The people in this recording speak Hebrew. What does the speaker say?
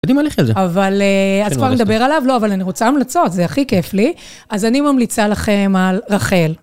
יודעים מה לכי על זה. אבל... אז כבר נדבר עליו? לא, אבל אני רוצה המלצות, זה הכי כיף לי. אז אני ממליצה לכם על רחל.